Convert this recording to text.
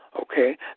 okay